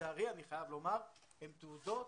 לצערי אני חייב לומר שהן תעודות